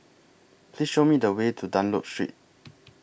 Please Show Me The Way to Dunlop Street